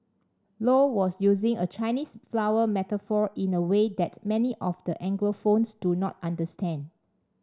low was using a Chinese flower metaphor in a way that many of the Anglophones do not understand